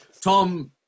Tom